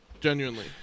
genuinely